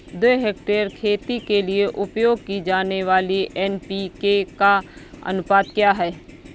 दो हेक्टेयर खेती के लिए उपयोग की जाने वाली एन.पी.के का अनुपात क्या है?